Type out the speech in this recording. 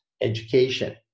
education